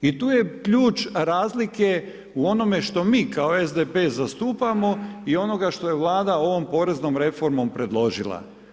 I tu je ključ razlike u onome što mi kao SDP zastupamo i onoga što je Vlada ovom poreznom reformom predložila.